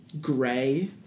gray